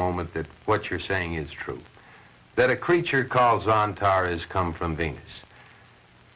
moment that what you're saying is true that a creature calls on tara has come from being